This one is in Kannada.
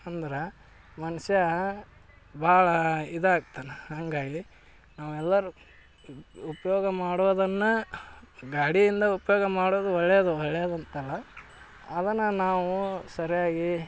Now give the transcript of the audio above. ಅಂದ್ರೆ ಮನುಷ್ಯ ಭಾಳ ಇದು ಆಗ್ತಾನ ಹಂಗಾಗಿ ನಾವೆಲ್ಲರೂ ಉಪಯೋಗ ಮಾಡೋದನ್ನು ಗಾಡಿಯಿಂದ ಉಪಯೋಗ ಮಾಡೋದು ಒಳ್ಳೆಯದು ಒಳ್ಳೆಯದು ಅಂತಲ್ಲ ಅದನ್ನು ನಾವು ಸರಿಯಾಗಿ